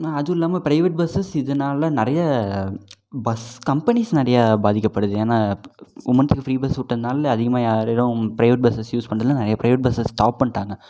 அதுவும் இல்லாமல் private buses இதனால நிறைய பஸ் கம்பெனிஸ் நிறையா பாதிக்கப்படுது ஏன்னா உமன்ஸுக்கு ஃபிரீ பஸ் விட்டதுனால அதிகமாக யாரும் பிரைவேட் பஸ்ஸஸ் யூஸ் பண்றதில்ல நிறைய பிரைவேட் பஸ்ஸஸ் ஸ்டாப் பண்ணிட்டாங்க